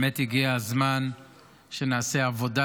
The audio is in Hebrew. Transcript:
באמת הגיע הזמן שנעשה עבודה